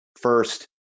First